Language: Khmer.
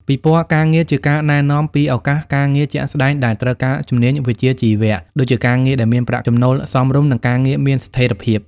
ពិព័រណ៍ការងារ ជាការណែនាំពីឱកាសការងារជាក់ស្តែងដែលត្រូវការជំនាញវិជ្ជាជីវៈ ដូចជាការងារដែលមានប្រាក់ចំណូលសមរម្យ និងការងារមានស្ថិរភាព។